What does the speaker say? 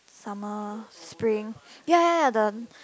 summer spring ya ya ya the